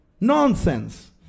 nonsense